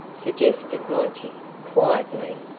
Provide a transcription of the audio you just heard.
suggested monty, quietly.